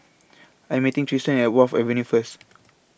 I Am meeting Triston At Wharf Avenue First